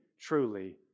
truly